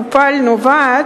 חוק שדווקא באה